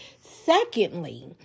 secondly